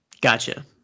Gotcha